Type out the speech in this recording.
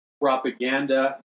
propaganda